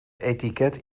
etiket